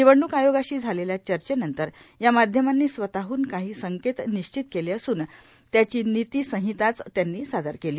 निवडणूक आयोगाशी झालेल्या चर्चेनंतर या माध्यमांनी स्वतःहन काही संकेत निश्चित केले असून त्याची नीती संहिताचं त्यांनी सादर केली